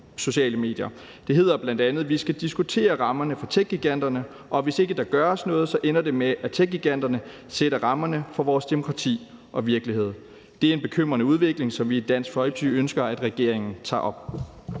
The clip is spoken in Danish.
Det hedder bl.a.: Vi skal diskutere rammerne for techgiganterne, og hvis ikke der gøres noget, ender det med, at techgiganterne sætter rammerne for vores demokrati og virkelighed. Det er en bekymrende udvikling, som vi i Dansk Folkeparti ønsker at regeringen tager op.